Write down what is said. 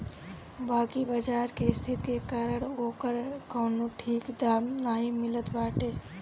बाकी बाजार के स्थिति के कारण ओकर कवनो ठीक दाम नाइ मिलत बाटे